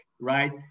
right